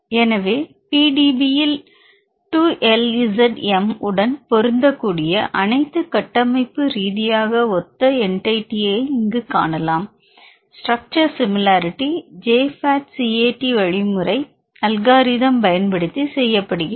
எனவே PDB இல் 2 LZM உடன் பொருந்தக்கூடிய அனைத்து கட்டமைப்பு ரீதியாக ஒத்த என்டிடி ஐ இங்கே காணலாம் structure similarity J FAT CAT வழிமுறை அலகரித்ம் பயன்படுத்தி செய்யப்படுகிறது